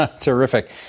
Terrific